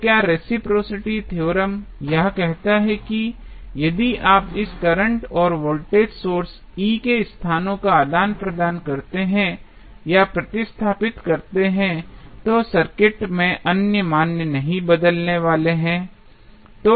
तो क्या reciprocity theorem यह कहता है कि यदि आप इस करंट और वोल्टेज सोर्स E के स्थानों का आदान प्रदान करते हैं या प्रतिस्थापित करते हैं तो सर्किट में अन्य मान नहीं बदलने वाले हैं